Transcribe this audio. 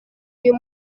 uyu